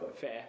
Fair